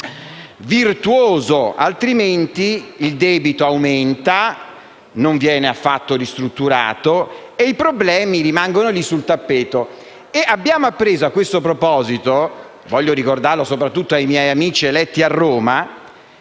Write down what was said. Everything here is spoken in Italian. virtuosi, altrimenti il debito aumenta, non viene affatto ristrutturato e i problemi rimangono sul tappeto. A questo proposito - voglio ricordarlo soprattutto ai miei amici eletti a Roma